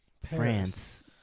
France